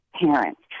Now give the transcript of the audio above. parents